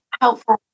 helpful